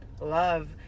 love